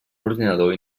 ordinador